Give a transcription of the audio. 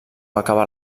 acaba